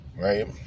right